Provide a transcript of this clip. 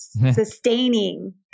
sustaining